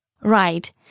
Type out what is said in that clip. Right